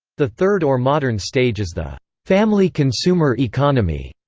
the third or modern stage is the family consumer economy,